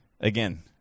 again